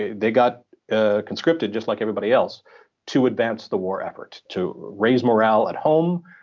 they got ah conscripted just like everybody else to advance the war effort, to raise morale at home,